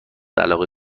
علاقه